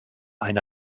eine